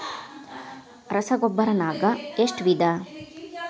ರಸಗೊಬ್ಬರ ನಾಗ್ ಎಷ್ಟು ವಿಧ?